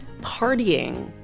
partying